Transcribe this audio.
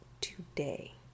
today